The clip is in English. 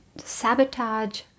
sabotage